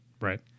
Right